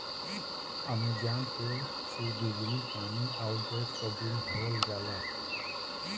Amazon pay से बिजली पानी आउर गैस क बिल भरल जाला